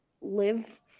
live